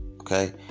Okay